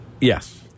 Yes